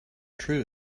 true